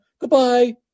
Goodbye